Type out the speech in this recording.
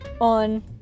on